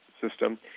system